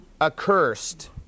accursed